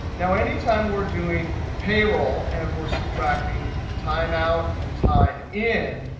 now any time we're doing payroll, and we're subtracting time out and time in,